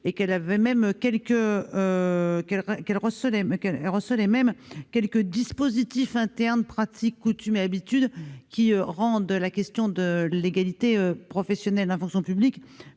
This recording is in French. et qu'elle recelait même quelques dispositifs internes, pratiques, coutumes et habitudes qui y rendent la question de l'égalité professionnelle peut-être encore